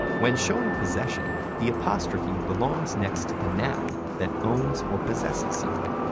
when showing possession, the apostrophe belongs next to the noun that owns or possesses something.